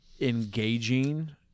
engaging